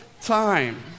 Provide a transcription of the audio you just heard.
time